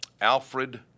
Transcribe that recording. Alfred